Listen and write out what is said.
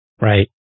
Right